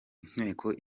inteko